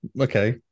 okay